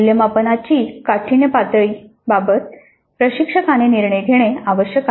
मूल्यमापनाची काठिण्यपातळी बाबत प्रशिक्षकाने निर्णय घेणे आवश्यक आहे